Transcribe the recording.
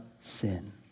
sin